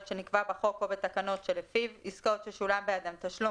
שנקבע בחוק או בתקנות שלפיו עסקאות ששולם בעדן תשלום